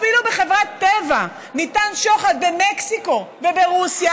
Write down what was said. אפילו בחברת טבע ניתן שוחד במקסיקו וברוסיה.